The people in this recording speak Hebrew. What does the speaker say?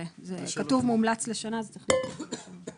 כתוב "מומלץ לשנה" וזה צריך להיות "לשלוש שנים".